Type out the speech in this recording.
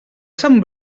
sant